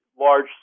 large